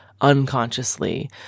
unconsciously